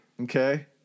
okay